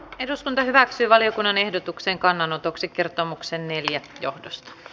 eduskunta hyväksyi valiokunnan ehdotuksen kannanotoksi kertomuksen neljä johdosta